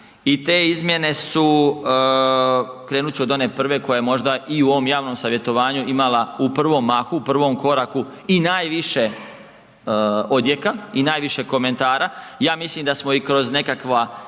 i te izmjene su, krenut ću od one prve koja je možda i u ovom javnom savjetovanju imala u prvom mahu, u prvom koraku i najviše odjeka i najviše komentara. Ja mislim da smo i kroz nekakva